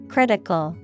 Critical